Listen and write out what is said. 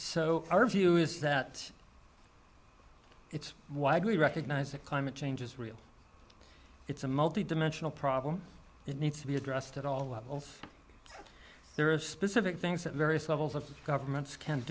so our view is that it's widely recognised that climate change is real it's a multi dimensional problem it needs to be addressed at all levels there are specific things that various levels of governments can